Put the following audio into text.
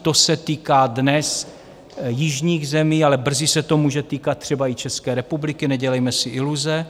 To se týká dnes jižních zemí, ale brzy se to může týkat třeba i České republiky, nedělejme si iluze.